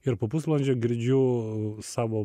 ir po pusvalandžio girdžiu savo